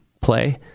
play